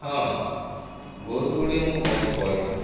ହଁ ବହୁତ ଗୁଡ଼ିଏ ମୁଁ ବହି ପଢ଼େ